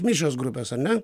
mišrios grupės ar ne